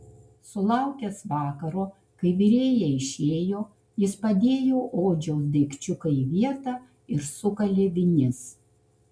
sulaukęs vakaro kai virėja išėjo jis padėjo odžiaus daikčiuką į vietą ir sukalė vinis